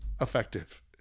effective